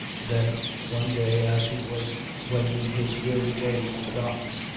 then one day, as he was wending his weary way to the docks,